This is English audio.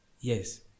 yes